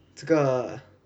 这个